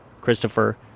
Christopher